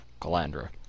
Calandra